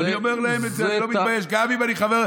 אני אומר להם את זה, לא מתבייש, גם אם אני חבר.